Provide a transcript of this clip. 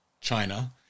China